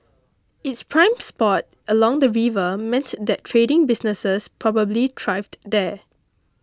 it's prime spot along the river meant that trading businesses probably thrived there